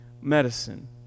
medicine